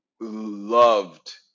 loved